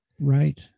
Right